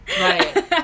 right